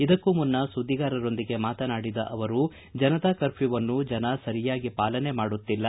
ಇದಕ್ಕೂ ಮುನ್ನ ಸುದ್ದಿಗಾರರೊಂದಿಗೆ ಮಾತನಾಡಿದ ಅವರು ಜನತಾ ಕರ್ಫ್ಯೂವನ್ನು ಜನತೆ ಸರಿಯಾಗಿ ಪಾಲನೆ ಮಾಡುತ್ತಿಲ್ಲ